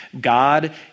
God